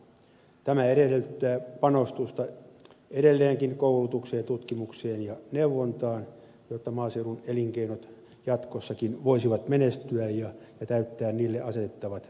tämä edellyttää edelleenkin panostusta koulutukseen tutkimukseen ja neuvontaan jotta maaseudun elinkeinot jatkossakin voisivat menestyä ja täyttää niille asetettavat odotukset